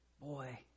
boy